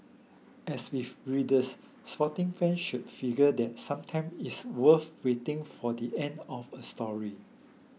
as with readers sporting fans should figure that sometime it's worth waiting for the end of a story